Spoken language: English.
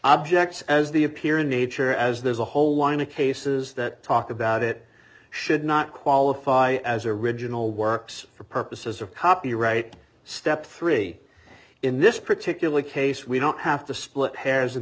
objects as they appear in nature as there's a whole line of cases that talk about it should not qualify as original works for purposes of copyright step three in this particular case we don't have to split hairs